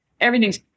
Everything's